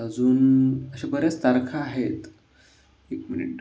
अजून अशा बऱ्याच तारखा आहेत एक मिनिट